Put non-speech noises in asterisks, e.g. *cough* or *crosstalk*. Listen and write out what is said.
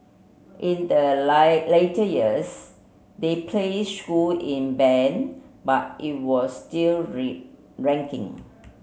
in the *unintelligible* later years they placed school in band but it was still *unintelligible* ranking